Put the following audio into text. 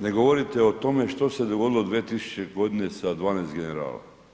ne govorite o tome što se dogodilo 2000. g. sa 12 generala.